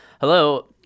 Hello